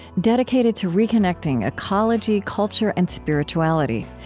dedicated to reconnecting ecology, culture, and spirituality.